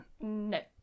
no